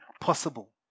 possible